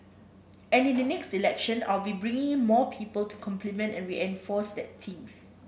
and in the next election I will be bringing in more people to complement and reinforce that team